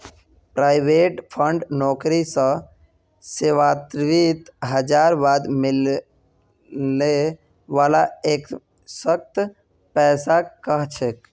provident fund नौकरी स सेवानृवित हबार बाद मिलने वाला एकमुश्त पैसाक कह छेक